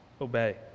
obey